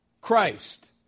Christ